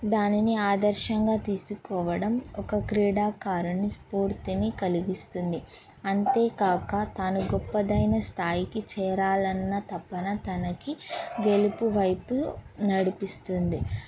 దానిని ఆదర్శంగా తీసుకోవడం ఒక క్రీడాకారుణ స్ఫూర్తిని కలిగిస్తుంది అంతేకాక తాను గొప్పదైన స్థాయికి చేరాలన్న తప్పన తనకి గెలుపువైపు నడిపిస్తుంది